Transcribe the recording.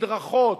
מדרכות,